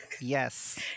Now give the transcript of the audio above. Yes